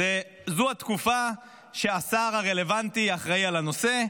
זאת התקופה שהשר הרלוונטי אחראי לנושא.